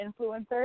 influencers